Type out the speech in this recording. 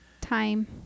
Time